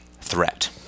threat